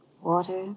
Water